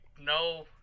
no